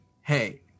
Hey